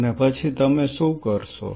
અને પછી તમે શું કરશો